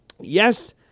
Yes